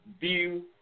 view